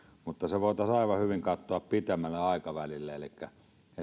mutta se voitaisiin aivan hyvin katsoa pitemmälle aikavälille elikkä esimerkiksi niin